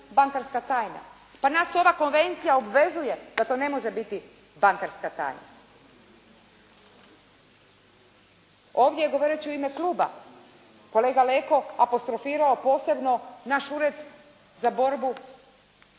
bankarska tajna. Pa nas ova konvencija obvezuje da to ne može biti bankarska tajna. Ovdje govoreći u ime kluba, kolega Leko apostrofirao, a posebno naš ured za borbu